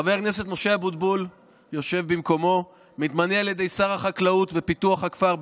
חבר הכנסת משה אבוטבול מתמנה על ידי שר החקלאות ופיתוח הכפר,